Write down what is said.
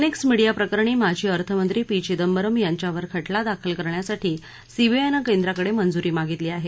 INX मिडियाप्रकरणी माजी अर्थमंत्री पी चिदंबरम यांच्यावर खटला दाखल करण्यासाठी सीबीआयनं केंद्राकडे मंजुरी मागितली आहे